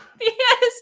Yes